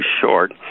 short